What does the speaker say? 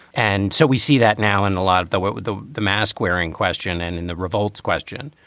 and so we see that now in a lot of the way with the the mask wearing question and in the revolt's question.